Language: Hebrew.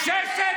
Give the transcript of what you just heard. ששת